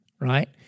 right